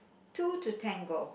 two to ten go